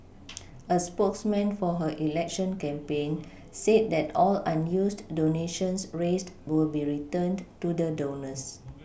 a spokesman for her election campaign said that all unused donations raised will be returned to the donors